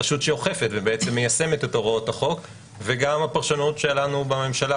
שאוכפת ומיישמת את הוראות החוק וגם הפרשנות שלנו בממשלה,